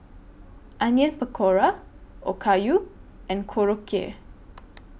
Onion Pakora Okayu and Korokke